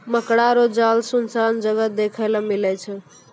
मकड़ा रो जाल सुनसान जगह देखै ले मिलै छै